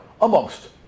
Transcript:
amongst